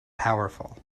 powerful